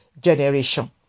generation